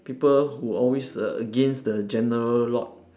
people who always against the general lot